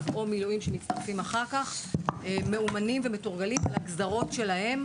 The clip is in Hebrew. או מילואים שמצטרפים אחר כך מאומנים ומתורגלים על הגזרות שלהם.